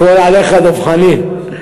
הכול עליך, דב חנין.